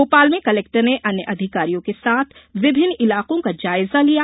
भोपाल में कलेक्टर ने अन्य अधिकारियों के साथ विभिन्न इलाकों का जायजा लिया